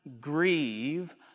grieve